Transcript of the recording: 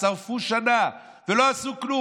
שרפו שנה ולא עשו כלום.